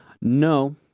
No